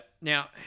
Now